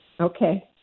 Okay